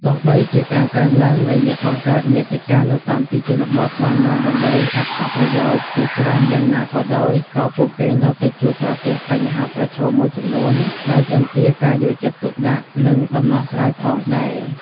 ទោះបីជាការកើនឡើងនៃអ្នកបង្កើតមាតិកានៅតាមទីជនបទបាននាំមកនូវអត្ថប្រយោជន៍ជាច្រើនយ៉ាងណាក៏ដោយ ក៏ពួកគេនៅតែជួបប្រទះបញ្ហាប្រឈមមួយចំនួនដែលទាមទារការយកចិត្តទុកដាក់ និងដំណោះស្រាយផងដែរ។